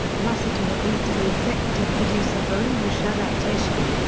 lasseter agreed to be executive producer for english adaptation.